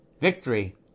victory